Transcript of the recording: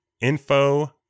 info